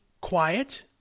quiet